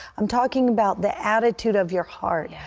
i'm talking about the attitude of your heart. yeah